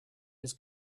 his